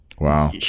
Wow